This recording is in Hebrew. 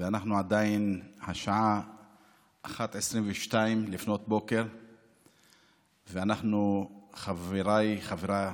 עדיין השעה 01:22, ואנחנו, חבריי חברי